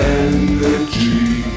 energy